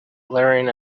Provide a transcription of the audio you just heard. glaring